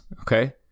okay